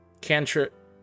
cantrip